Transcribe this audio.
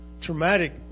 Traumatic